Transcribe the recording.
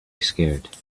scared